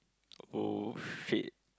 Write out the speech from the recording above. oh